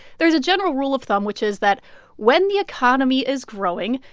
there's a general rule of thumb which is that when the economy is growing,